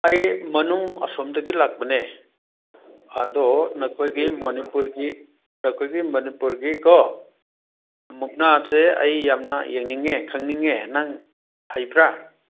ꯑꯩ ꯃꯅꯨꯡ ꯑꯁꯣꯝꯗꯒꯤ ꯂꯥꯛꯄꯅꯦ ꯑꯗꯣ ꯅꯈꯣꯏꯒꯤ ꯃꯅꯤꯄꯨꯔꯒꯤ ꯅꯈꯣꯏꯒꯤ ꯃꯅꯤꯄꯨꯔꯒꯤ ꯀꯣ ꯃꯨꯛꯅꯥꯁꯦ ꯑꯩ ꯌꯥꯝꯅ ꯌꯦꯡꯅꯤꯡꯉꯦ ꯈꯪꯅꯤꯡꯉꯦ ꯅꯪ ꯍꯩꯕ꯭ꯔꯥ